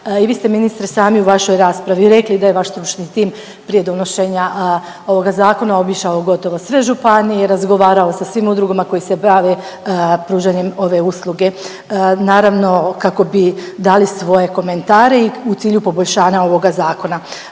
I vi ste ministre sami u vašoj raspravi rekli da je vaš stručni tim prije donošenja ovoga zakona obišao gotovo sve županije i razgovarao sa svim udrugama koji se bave pružanjem ove usluge, naravno kako bi dali svoje komentare i u cilju poboljšanja ovoga zakona.